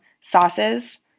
sauces